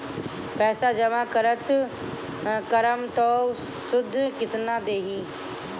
पैसा जमा करम त शुध कितना देही?